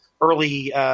early